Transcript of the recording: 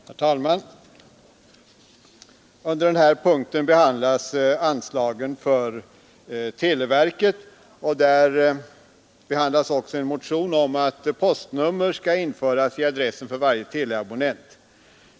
Herr talman! Under den här punkten, som gäller anslagen till televerket, behandlas en motion om att postnummer skall införas i katalogernas adress för varje teleabonnent.